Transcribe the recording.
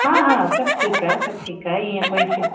हा हा सभु ठीकु आहे सभु ठीकु आहे ईअं कोई